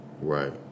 right